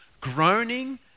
groaning